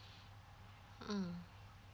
mm